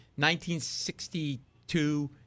1962